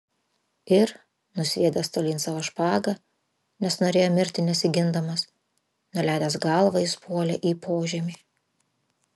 ir nusviedęs tolyn savo špagą nes norėjo mirti nesigindamas nuleidęs galvą jis puolė į požemį